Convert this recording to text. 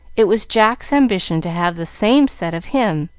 it was jack's ambition to have the same said of him,